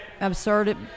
absurd